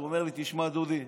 הוא אומר לי: תשמע, דודי,